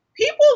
people